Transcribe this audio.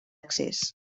accés